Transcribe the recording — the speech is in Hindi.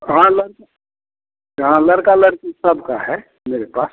हाँ लड़का हाँ लड़का लड़की सबका है मेरे पास